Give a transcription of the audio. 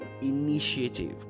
initiative